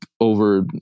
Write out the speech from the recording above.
over